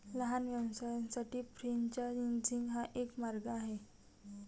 लहान व्यवसायांसाठी फ्रेंचायझिंग हा एक मार्ग आहे